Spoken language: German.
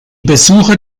besuche